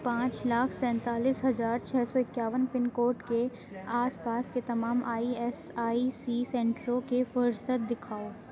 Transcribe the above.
پانچ لاکھ سینتالیس ہزار چھ سو اکیاون پن کوڈ کے آس پاس کے تمام ای ایس آئی سی سنٹروں کی فہرست دکھاؤ